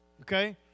okay